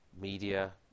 media